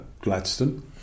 Gladstone